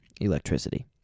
electricity